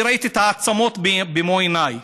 אני ראיתי את העצמות במו עיניי.